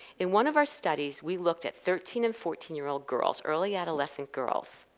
in one of our studies, we looked at thirteen and fourteen year old girls, early adolescent girls,